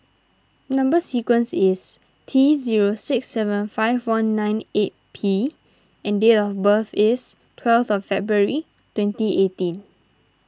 Number Sequence is T zero six seven five one nine eight P and date of birth is twelve of February twenty eighteen